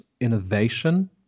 innovation